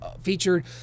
featured